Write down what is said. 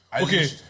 okay